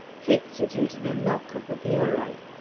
fits it into the lock of the bureau.